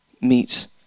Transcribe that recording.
meets